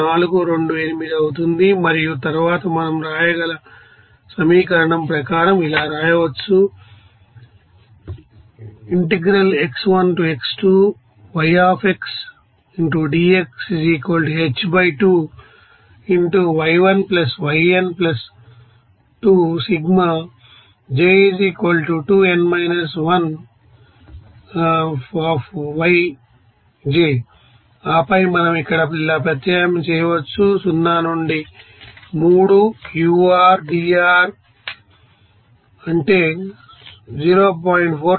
428 అవుతుంది మరియు తరువాత మనం రాయగల సమీకరణం ప్రకారం ఇలా రాయవచ్చు ఆపై మనం ఇక్కడ ఇలా ప్రత్యామ్నాయం చేయవచ్చు 0 నుండి 3 ur dr అంటే 0